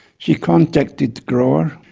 she contacted the grower,